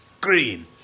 Green